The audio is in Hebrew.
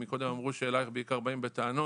קודם אמרו שאלייך בעיקר באים בטענות.